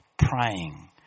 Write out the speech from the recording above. Praying